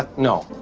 ah no.